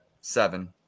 Seven